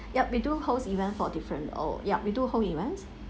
yup we do host event for different oh yup we do hold events